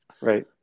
Right